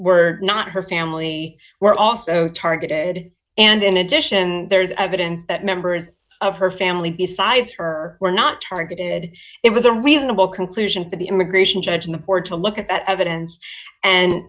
were not her family were also targeted and in addition there is evidence that members of her family besides her were not targeted it was a reasonable conclusion for the immigration judge on the board to look at that evidence and